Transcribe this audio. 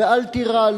אל תירא,